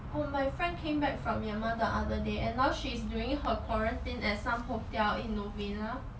oh my friend came back from myanmar the other day and now she's doing her quarantine at some hotel in novena